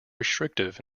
restrictive